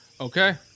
Okay